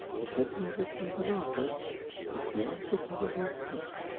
is said to have received an offer which the artist will probably accept.